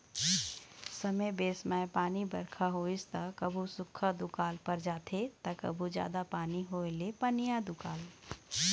समे बेसमय पानी बरखा होइस त कभू सुख्खा दुकाल पर जाथे त कभू जादा पानी होए ले पनिहा दुकाल